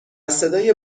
صدای